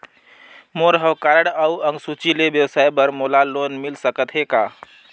मोर हव कारड अउ अंक सूची ले व्यवसाय बर मोला लोन मिल सकत हे का?